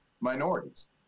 minorities